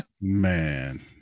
Man